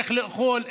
איך לאכול,